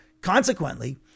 Consequently